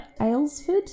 Aylesford